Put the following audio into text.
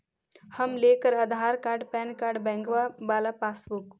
हम लेकर Aadhaar card PAN card बैंकवा वाला पासबुक?